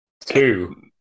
two